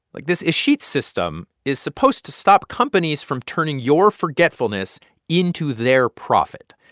like, this escheat system is supposed to stop companies from turning your forgetfulness into their profit.